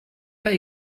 pas